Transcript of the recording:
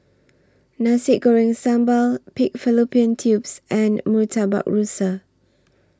Nasi Goreng Sambal Pig Fallopian Tubes and Murtabak Rusa